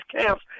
camps